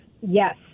Yes